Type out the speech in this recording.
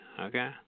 Okay